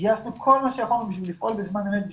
גייסנו כל מה שיכולנו כדי לפעול בזמן אמת,